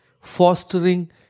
Fostering